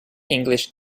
english